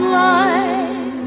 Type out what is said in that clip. life